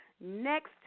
next